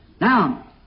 Now